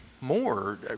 more